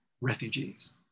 refugees